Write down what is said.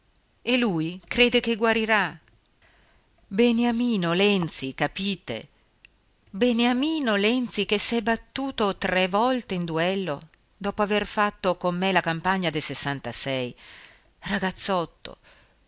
e lui crede che guarirà beniamino lenzi capite beniamino lenzi che s'è battuto tre volte in duello dopo aver fatto con me la campagna del ragazzotto